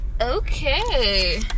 Okay